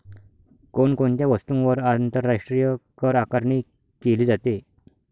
कोण कोणत्या वस्तूंवर आंतरराष्ट्रीय करआकारणी केली जाते?